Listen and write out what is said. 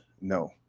no